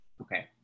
okay